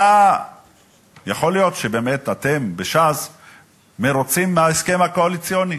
יכול להיות שבאמת אתם בש"ס מרוצים מההסכם הקואליציוני,